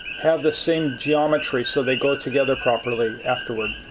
have the same geometry so they go together properly afterward.